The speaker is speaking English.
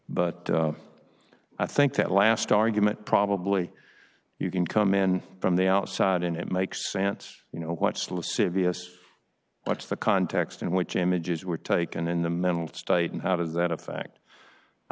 but i think that last argument probably you can come in from the outside and it makes sense you know what's lascivious what's the context in which images were taken in the mental state and how does that a fact i